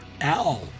Al